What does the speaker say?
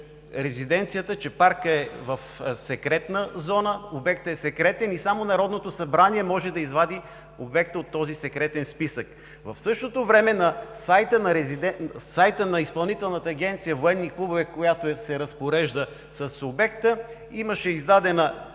че паркът е в секретна зона, обектът е секретен и само Народното събрание може да извади обекта от този секретен списък. В същото време на сайта на Изпълнителната агенция „Военни клубове“, която се разпорежда с обекта, имаше издадена